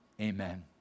amen